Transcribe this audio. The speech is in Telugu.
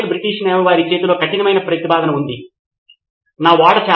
ఒకటి అదే ఆలోచనతో నిర్మించడం మరియు మీరు మీ స్వంత అనుభవముతో ఆలోచించగలరా అని చూడటం